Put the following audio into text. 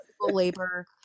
labor